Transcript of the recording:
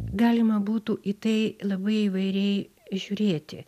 galima būtų į tai labai įvairiai žiūrėti